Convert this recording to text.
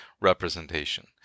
representation